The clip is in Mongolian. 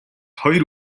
хоёр